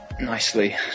Nicely